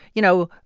you know,